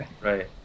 Right